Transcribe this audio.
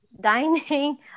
dining